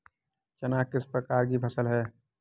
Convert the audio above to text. चना किस प्रकार की फसल है?